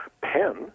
pen